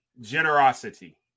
generosity